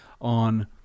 on